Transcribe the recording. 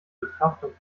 betrachtung